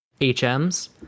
hms